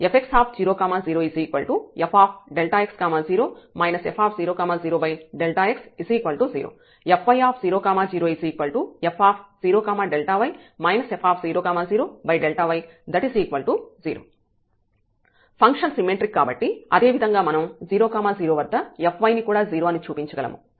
fx00fx0 f00x0 fy00f0y f00y 0 function symmetric కాబట్టి అదేవిధంగా మనం 0 0 వద్ద fy ని కూడా 0 అని చూపించగలము